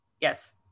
Yes